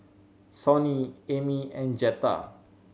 Sonny Emmy and Jetta